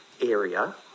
area